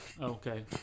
Okay